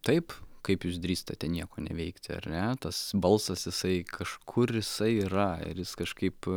taip kaip jūs drįstate nieko neveikti ar ne tas balsas jisai kažkur jisai yra ir jis kažkaip